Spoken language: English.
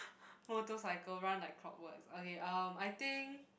motorcycle run like clock wards okay um I think